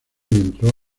entró